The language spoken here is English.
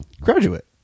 Graduate